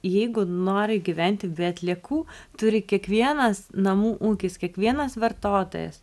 jeigu nori gyventi be atliekų turi kiekvienas namų ūkis kiekvienas vartotojas